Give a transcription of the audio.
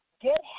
get